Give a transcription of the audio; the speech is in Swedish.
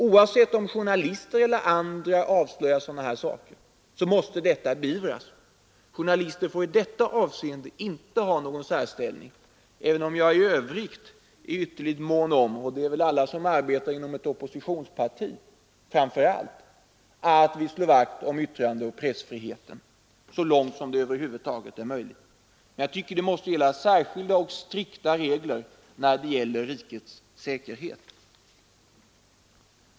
Oavsett om journalister eller andra avslöjar sådana här saker måste detta beivras. Journalister får i det avseendet inte inta någon särställning, även om jag i övrigt är ytterligt mån om — och det är väl alla som arbetar inom ett oppositionsparti — att slå vakt om yttrandeoch pressfriheten, så långt detta över huvud taget är möjligt. Men jag anser att vi måste ha särskilda och strikta regler när det gäller rikets säkerhet.